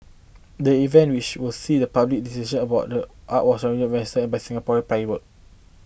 the event which will see the public discussion about art was originally envisioned by Singaporean play world